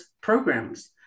programs